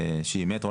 שהיא מטרו,